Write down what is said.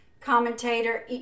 Commentator